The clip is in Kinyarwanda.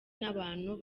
n’abantu